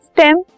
stem